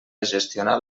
gestionar